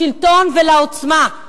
לשלטון ולעוצמה.